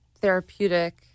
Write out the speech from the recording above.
therapeutic